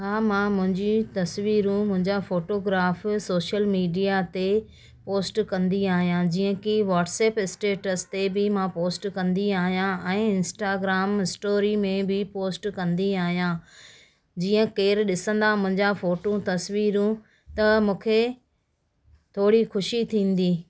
हा मां मुंहिंजी तस्वीरूं मुंहिंजा फ़ोटोग्राफ़ सोशल मीडिया ते पोस्ट कंदी आहियां जीअं की वाट्सएप स्टेटस ते बि मां पोस्ट कंदी आहियां ऐं इंस्टाग्राम स्टोरी में बि पोस्ट कंदी आहियां जीअं केर ॾिसंदा मुंहिंजा फ़ोटूं तस्वीरूं त मूंखे थोरी ख़ुशी थींदी